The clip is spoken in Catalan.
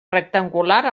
rectangular